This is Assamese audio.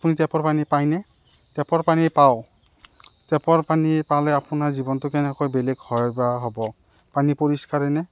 আপুনি টেপৰ পানী পায়নে টেপৰ পানী পাওঁ টেপৰ পানী পালে আপোনাৰ জীৱনটো কেনেকৈ বেলেগ হয় বা হ'ব পানী পৰিষ্কাৰেই নে